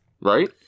Right